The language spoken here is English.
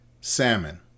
Salmon